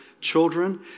children